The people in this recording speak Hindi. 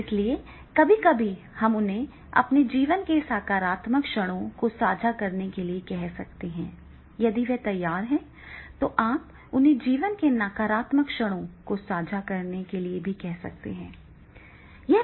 इसलिए कभी कभी हम उन्हें अपने जीवन के सकारात्मक क्षणों को साझा करने के लिए कह सकते हैं यदि वे तैयार हैं तो आप उन्हें जीवन के नकारात्मक क्षणों को साझा करने के लिए भी कह सकते हैं